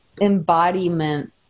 embodiment